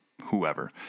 whoever